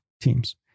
teams